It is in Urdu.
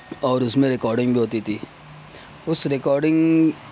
اور اس میں ریکاڈنگ بھی ہوتی تھی اس ریکاڈنگ